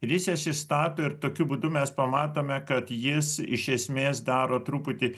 ir jis jas išstato ir tokiu būdu mes pamatome kad jis iš esmės daro truputį